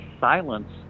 silence